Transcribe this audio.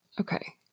okay